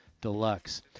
Deluxe